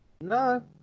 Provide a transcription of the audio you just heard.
No